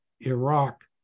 Iraq